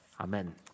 Amen